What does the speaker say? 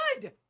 good